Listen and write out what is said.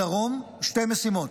בדרום, שתי משימות.